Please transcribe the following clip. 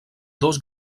dos